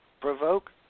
provoke